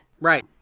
Right